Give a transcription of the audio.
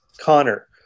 Connor